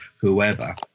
whoever